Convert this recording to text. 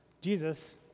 Jesus